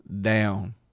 down